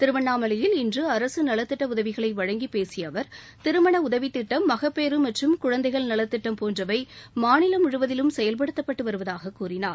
திருவண்ணாமலையில் இன்று அரசு நலத்திட்ட உதவிகளை வழங்கி பேசிய அவர் திருமண உதவித் திட்டம் மகப்பேறு மற்றும் குழந்தைகள் நலத்திட்டம் போன்றவை மாநிலம் முழுவதிலும் செயல்படுத்தப்பட்டு வருவதாகக் கூறினார்